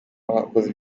abakoze